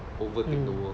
mm